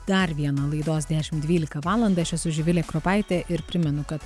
dar vieną laidos dešimt dvylika valandą aš esu živilė kropaitė ir primenu kad